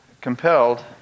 compelled